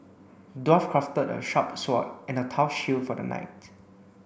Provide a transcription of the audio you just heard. dwarf crafted a sharp sword and a tough shield for the knight